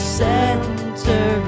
center